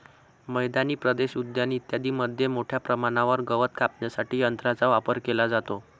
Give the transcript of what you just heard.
मैदानी प्रदेश, उद्याने इत्यादींमध्ये मोठ्या प्रमाणावर गवत कापण्यासाठी यंत्रांचा वापर केला जातो